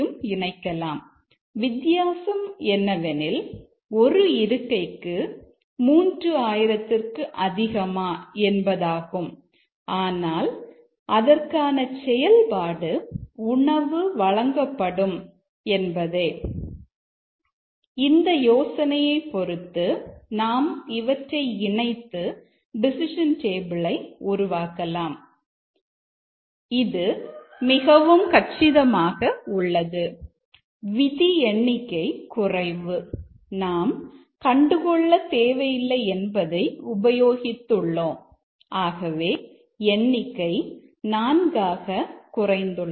இது மிகவும் கச்சிதமாக உள்ளது விதி எண்ணிக்கை குறைவு நாம் கண்டு கொள்ளத் தேவையில்லை என்பதை உபயோகித்து உள்ளோம் ஆகவே எண்ணிக்கை நான்காக குறைந்துள்ளது